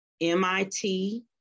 MIT